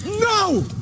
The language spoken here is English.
No